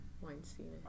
Weinstein